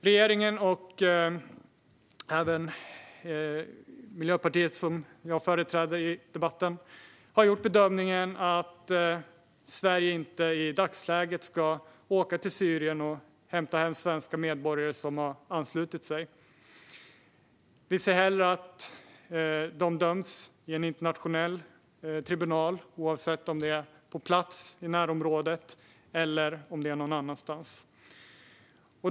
Regeringen, och Miljöpartiet som jag företräder i debatten, har gjort bedömningen att Sverige i dagsläget inte ska åka till Syrien och hämta hem svenska medborgare som har anslutit sig till IS. Vi ser hellre att de döms i en internationell tribunal, oavsett om det är på plats, i närområdet eller någon annanstans.